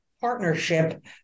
partnership